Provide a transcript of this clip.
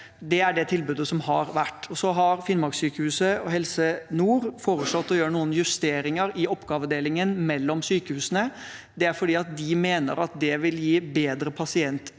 Det er det tilbudet som har vært. Så har Finnmarkssykehuset og Helse nord foreslått å gjøre noen justeringer i oppgavefordelingen mellom sykehusene. Det er fordi de mener at det vil gi bedre